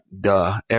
duh